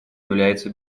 является